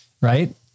Right